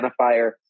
identifier